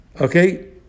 Okay